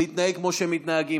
להתנהג כמו שהם מתנהגים.